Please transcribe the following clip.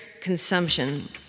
consumption